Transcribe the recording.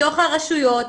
מתוך הרשויות,